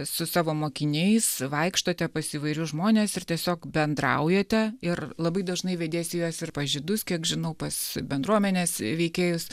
su savo mokiniais vaikštote pas įvairius žmones ir tiesiog bendraujate ir labai dažnai vediesi juos ir pas žydus kiek žinau pas bendruomenės veikėjus